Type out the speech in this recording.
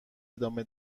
ادامه